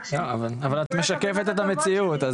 אבל את משקפת את המציאות.